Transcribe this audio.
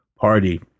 party